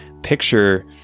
picture